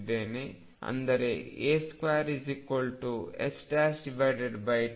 ಅಂದರೆ a22mω